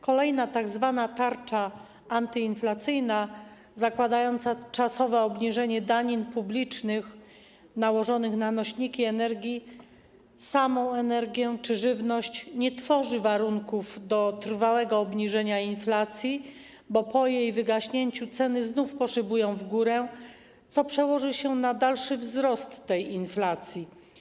Kolejna tzw. tarcza antyinflacyjna zakładająca czasowe obniżenie danin publicznych nałożonych na nośniki energii, samą energię czy żywność nie tworzy warunków do trwałego obniżenia inflacji, bo po jej wygaśnięciu ceny znów poszybują w górę, co przełoży się na dalszy wzrost tej inflacji.